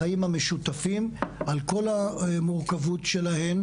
החיים המשותפים על כל המורכבות שלהם